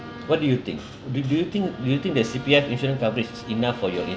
what do you think do do you think do you think the C_P_F insurance coverage is enough for your insurance